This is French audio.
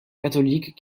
catholiques